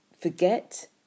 forget